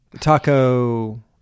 taco